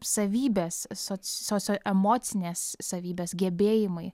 savybės soc socioemocinės savybės gebėjimai